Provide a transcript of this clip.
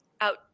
out